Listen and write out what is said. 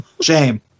Shame